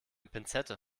pinzette